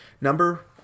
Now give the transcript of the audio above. number